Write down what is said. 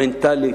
מנטלית,